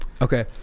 Okay